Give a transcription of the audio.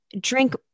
Drink